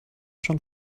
schon